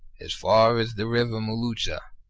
as far as the river mulucha,